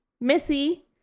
Missy